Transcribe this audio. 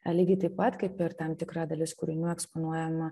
lygiai taip pat kaip ir tam tikra dalis kūrinių eksponuojama